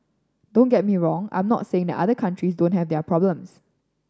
don't get me wrong I'm not saying that other countries don't have their problems